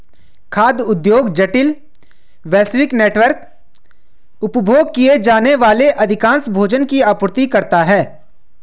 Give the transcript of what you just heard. खाद्य उद्योग जटिल, वैश्विक नेटवर्क, उपभोग किए जाने वाले अधिकांश भोजन की आपूर्ति करता है